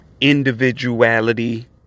individuality